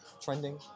Trending